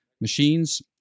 machines